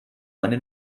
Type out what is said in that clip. meine